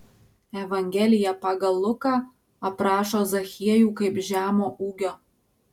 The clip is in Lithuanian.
evangelija pagal luką aprašo zachiejų kaip žemo ūgio